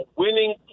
winning